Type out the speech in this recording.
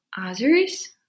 Others